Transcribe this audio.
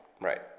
Right